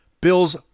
Bill's